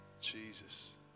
Jesus